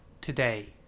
today